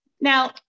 Now